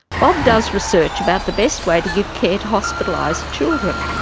bob does research about the best way to give care to hospitalised children.